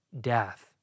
death